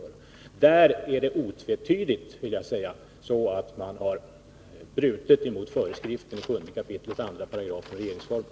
Där är det otvetydigt så, vill jag säga, att man har brutit mot föreskrifterna i 7 kap. 2§ regeringsformen.